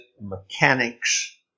mechanics